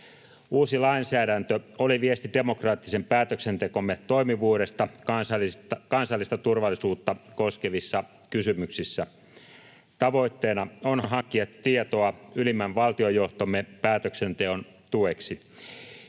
Uusi lainsäädäntö oli viesti demokraattisen päätöksentekomme toimivuudesta kansallista turvallisuutta koskevissa kysymyksissä. Tavoitteena on hankkia tietoa ylimmän valtiojohtomme päätöksenteon tueksi,